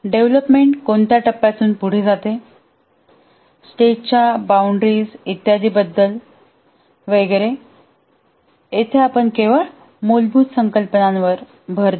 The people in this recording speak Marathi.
डेव्हलपमेंट कोणत्या टप्प्यातून पुढे जाते स्टेजच्या बाऊंड्रीज इत्यादी बद्दल वगैरे येथे आपण केवळ मूलभूत संकल्पनांवर जोर देऊ